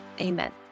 amen